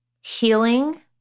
healing